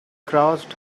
crossed